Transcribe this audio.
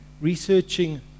researching